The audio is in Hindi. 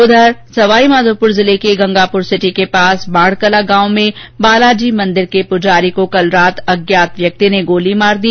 उधर सवाईमाधोपुर जिले के गंगापुरसिटी के पास बाढकला गांव में बालाजी मंदिर के पूजारी को कल रात अज्ञात व्यक्ति ने गोली मार दी